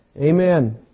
Amen